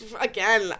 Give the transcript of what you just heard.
again